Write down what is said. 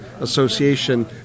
association